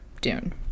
Dune